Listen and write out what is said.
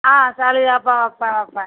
ஆ வைப்பேன் வைப்பேன் வைப்பேன்